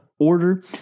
order